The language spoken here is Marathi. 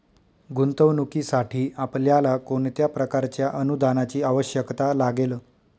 गुंतवणुकीसाठी आपल्याला कोणत्या प्रकारच्या अनुदानाची आवश्यकता लागेल?